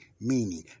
meaning